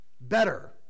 Better